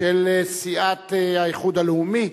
של סיעת האיחוד הלאומי.